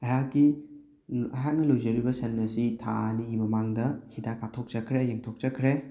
ꯑꯩꯍꯥꯛꯀꯤ ꯑꯩꯍꯥꯛꯅ ꯂꯣꯏꯖꯔꯨꯔꯤꯕ ꯁꯅ ꯑꯁꯤ ꯊꯥ ꯑꯅꯤꯒꯤ ꯃꯃꯥꯡꯗ ꯍꯤꯗꯥꯛ ꯀꯥꯞꯊꯣꯛꯆꯈ꯭ꯔꯦ ꯌꯦꯡꯊꯣꯛꯆꯈ꯭ꯔꯦ